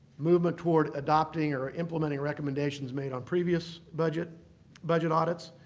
movement toward adopting or implementing recommendations made on previous budget budget audits.